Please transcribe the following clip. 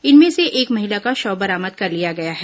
इनमें से एक महिला का शव बरामद कर लिया गया है